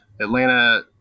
Atlanta